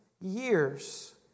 years